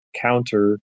counter